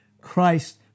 Christ